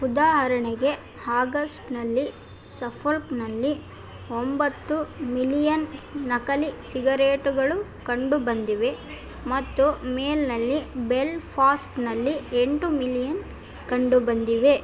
ಉದಾಹರಣೆಗೆ ಆಗಸ್ಟ್ನಲ್ಲಿ ಸಫೊಲ್ಕ್ನಲ್ಲಿ ಒಂಬತ್ತು ಮಿಲಿಯನ್ ನಕಲಿ ಸಿಗರೇಟುಗಳು ಕಂಡುಬಂದಿವೆ ಮತ್ತು ಮೇಲ್ನಲ್ಲಿ ಬೆಲ್ಫಾಸ್ಟ್ನಲ್ಲಿ ಎಂಟು ಮಿಲಿಯನ್ ಕಂಡುಬಂದಿವೆ